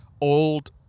old